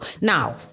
Now